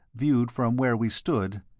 viewed from where we stood,